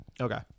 Okay